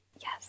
yes